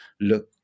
look